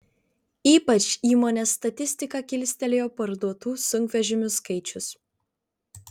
ypač įmonės statistiką kilstelėjo parduotų sunkvežimių skaičius